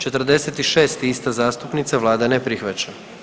46. ista zastupnica, vlada ne prihvaća.